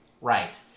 Right